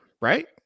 right